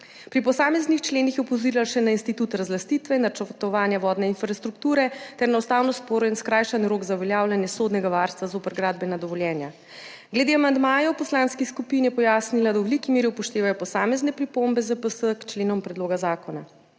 Pri posameznih členih je opozorila še na institut razlastitve, načrtovanja vodne infrastrukture ter na ustavno sporen skrajšan rok za uveljavljanje sodnega varstva zoper gradbena dovoljenja. Glede amandmajev poslanskih skupin je pojasnila, da v veliki meri upoštevajo posamezne pripombe ZPS k členom predloga zakona.